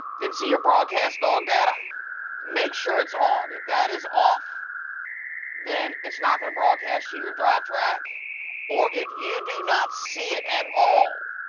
then see your broadcast dog data make sure it's on. if that is off then it's not going to broadcast to your drivetrack or if you do not see it at all.